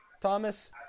thomas